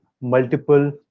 multiple